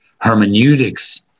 hermeneutics